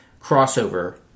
crossover